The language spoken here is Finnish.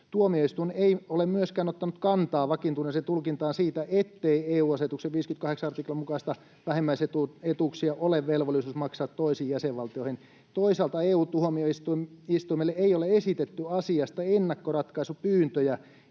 Tuomioistuin ei ole myöskään ottanut kantaa vakiintuneeseen tulkintaan siitä, ettei EU-asetuksen 58 artiklan mukaisia vähimmäisetuuksia ole velvollisuus maksaa toisiin jäsenvaltioihin. Toisaalta EU-tuomioistuimelle ei ole esitetty asiasta ennakkoratkaisupyyntöjä,